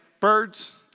birds